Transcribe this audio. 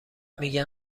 میگن